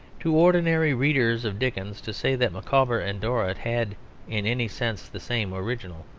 to ordinary readers of dickens, to say that micawber and dorrit had in any sense the same original,